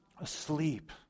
Asleep